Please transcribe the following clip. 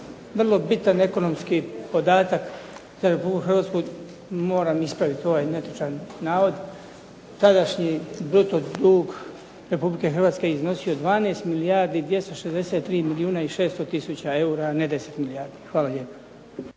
vrlo bitan ekonomski podatak za Republiku Hrvatsku, moram ispraviti ovaj netočan navod. Tadašnji bruto dug Republike Hrvatske iznosio 12 milijardi 263 milijuna i 600 tisuća eura, a ne 10 milijardi. Hvala lijepo.